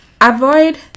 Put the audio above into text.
Avoid